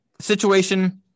situation